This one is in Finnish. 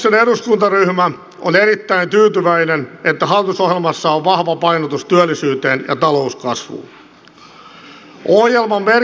kokoomuksen eduskuntaryhmä on erittäin tyytyväinen että hallitusohjelmassa on vahva painotus työllisyyteen ja talouskasvuun